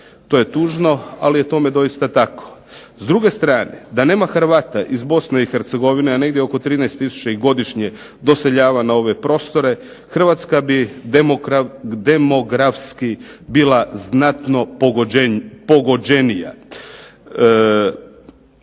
To je tužno, ali je tome doista tako. S druge strane da nema Hrvata iz Bosne i Hercegovine, a negdje oko 13 tisuća ih godišnje doseljava na ove prostore, Hrvatska bi demografski bila znatno pogođenija.